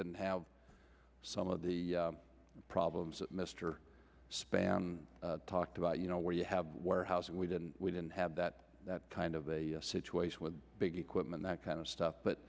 didn't have some of the problems that mr spann talked about you know where you have warehousing we didn't we didn't have that kind of a situation with big equipment that kind of stuff but